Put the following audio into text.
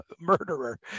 murderer